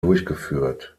durchgeführt